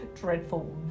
dreadful